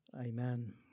Amen